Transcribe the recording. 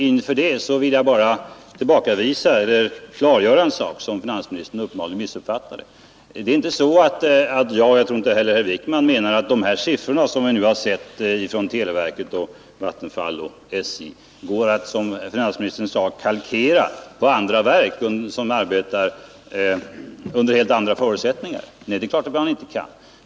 Inför det vill jag bara klargöra en sak som finansministern uppenbarligen missuppfattade. Det är inte så att jag — och jag tror inte heller herr Wijkman — menar att de siffror som nu har redovisats från televerket, Vattenfall och SJ går att, som finansministern sade, kalkera på andra verk, som arbetar under helt andra förutsättningar. Nej, det är klart att man inte kan.